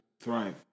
thrive